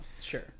sure